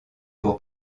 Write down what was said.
pour